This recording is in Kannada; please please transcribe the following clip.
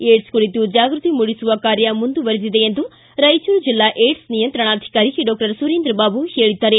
ಏಡ್ಲೆ ಕುರಿತು ಜಾಗೃತಿ ಮೂಡಿಸುವ ಕಾರ್ಯ ಮುಂದುವರಿದಿದೆ ಎಂದು ರಾಯಚೂರು ಜಿಲ್ಲಾ ಏಡ್ಲೆ ನಿಯಂತ್ರಣಾಧಿಕಾರಿ ಡಾಕ್ಟರ್ ಸುರೇಂದ್ರ ಬಾಬು ಹೇಳಿದ್ದಾರೆ